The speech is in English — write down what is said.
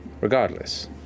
Regardless